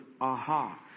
aha